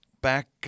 back